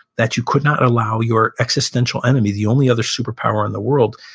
that you could not allow your existential enemy, the only other superpower in the world,